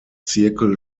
zirkel